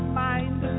mind